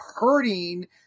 hurting